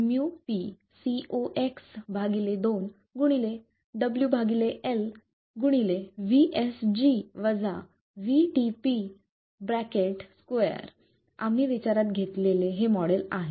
µp cox2 W L2 आम्ही विचारात घेतलेले हे मॉडेल आहे